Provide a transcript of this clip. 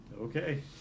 Okay